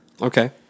Okay